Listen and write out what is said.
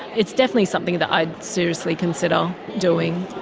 it's definitely something that i'd seriously consider doing.